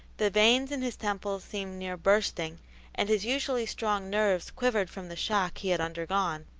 the veins in his temples seemed near bursting and his usually strong nerves quivered from the shock he had undergone,